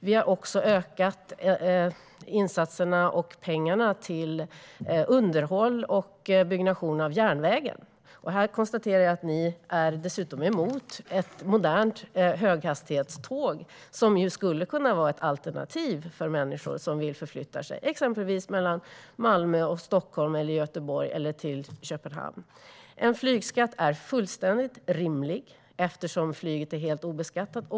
Vi har också ökat insatserna och pengarna till underhåll och byggnation av järnväg. Jag konstaterar att ni är emot ett modernt höghastighetståg, som skulle kunna vara ett alternativ för människor som vill förflytta sig mellan exempelvis Stockholm och Malmö, Göteborg eller Köpenhamn. En flygskatt är fullständigt rimlig eftersom flyget är helt obeskattat.